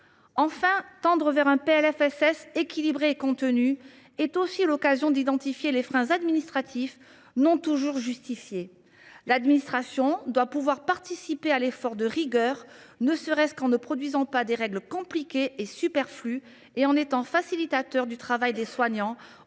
Enfin, tendre vers un PLFSS équilibré et contenu est aussi l’occasion d’identifier des freins administratifs qui ne sont pas toujours justifiés. L’administration doit participer à l’effort de rigueur, ne serait ce qu’en ne produisant pas de règles compliquées et superflues, et en ayant un rôle de facilitateur du travail des soignants,